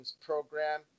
Program